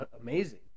amazing